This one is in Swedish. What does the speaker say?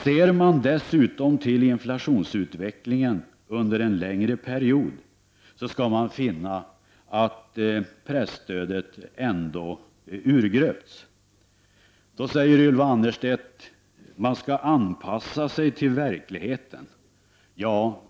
Ser man dessutom till uvecklingen av inflationen under en längre period finner man att presstödet ändå har urgröpts. Ylva Annerstedt säger då att man skall anpassa sig till verkligheten.